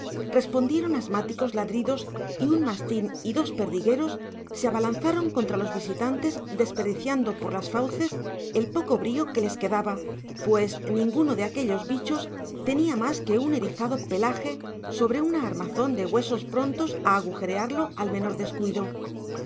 respondieron asmáticos ladridos y un mastín y dos perdigueros se abalanzaron contra los visitantes desperdiciando por las fauces el poco brío que les quedaba pues ninguno de aquellos bichos tenía más que un erizado pelaje sobre una armazón de huesos prontos a agujerearlo al menor descuido